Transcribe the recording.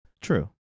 True